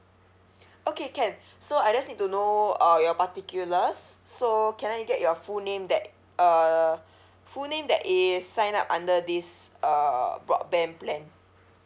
okay can so I just need to know uh your particulars so can I get your full name that uh full name that is sign up under this uh broadband plan